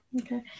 Okay